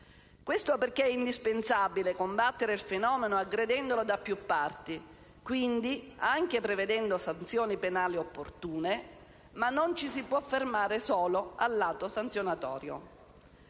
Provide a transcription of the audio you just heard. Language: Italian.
Questo perché è indispensabile combattere il fenomeno aggredendolo da più parti, quindi anche prevedendo sanzioni penali opportune, ma non ci si può fermare al lato sanzionatorio.